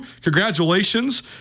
Congratulations